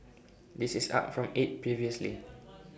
this is up from eight previously